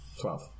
Twelve